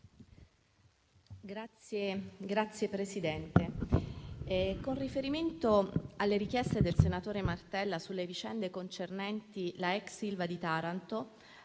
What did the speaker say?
Signora Presidente, con riferimento alle richieste del senatore Martella sulle vicende concernenti la ex Ilva di Taranto,